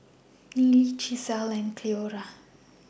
Neely Gisele and Cleora